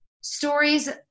stories